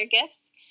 gifts